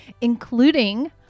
including